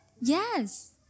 Yes